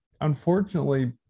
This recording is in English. unfortunately